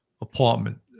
apartment